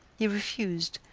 he refused,